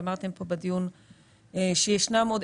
ואמרתם בדיון שישנם עוד.